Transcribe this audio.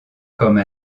comme